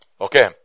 Okay